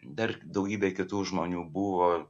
dar daugybė kitų žmonių buvo